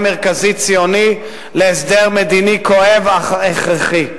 מרכזי ציוני להסדר מדיני כואב אך הכרחי.